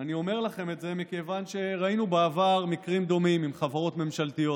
אני אומר לכם את זה מכיוון שראינו בעבר מקרים דומים עם חברות ממשלתיות.